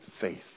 faith